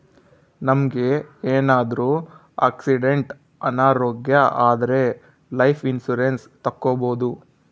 ನಮ್ಗೆ ಏನಾದ್ರೂ ಆಕ್ಸಿಡೆಂಟ್ ಅನಾರೋಗ್ಯ ಆದ್ರೆ ಲೈಫ್ ಇನ್ಸೂರೆನ್ಸ್ ತಕ್ಕೊಬೋದು